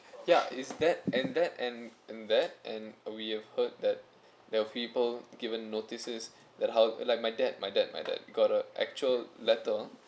ya is that and that and and that and we have heard that there are people given notices that how like my dad my dad my dad got a actual letter